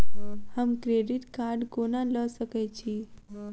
हम credit card कोना लऽ सकै छी?